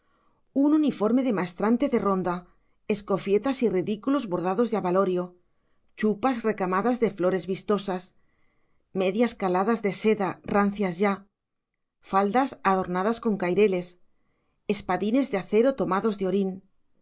un uniforme de maestrante de ronda escofietas y ridículos bordados de abalorio chupas recamadas de flores vistosas medias caladas de seda rancias ya faldas adornadas con caireles espadines de acero tomados de orín